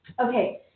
Okay